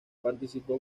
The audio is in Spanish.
participó